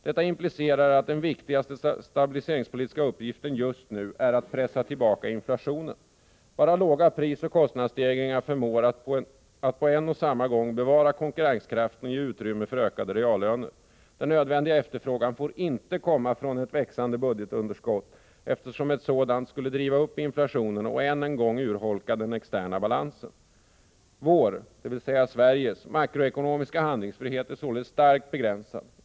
Detta implicerar att den viktigaste stabiliseringspolitiska uppgiften just nu är att pressa tillbaka inflationen; bara låga prisoch kostnadsstegringar förmår att på en och samma gång bevara konkurrenskraften och ge utrymme för ökade reallöner. Den nödvändiga efterfrågan får inte komma från ett växande budgetunderskott, eftersom ett sådant skulle driva upp inflationen och än en gång urholka den externa balansen. ”Vår” — dvs. Sveriges —- ”makroekonomiska handlingsfrihet är således starkt begränsad.